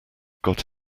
got